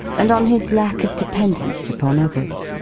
and on his lack of dependence upon others.